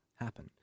happen